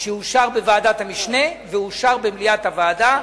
שאושר בוועדת המשנה ואושר במליאת הוועדה,